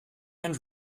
and